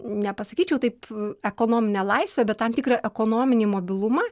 nepasakyčiau taip ekonominę laisvę bet tam tikrą ekonominį mobilumą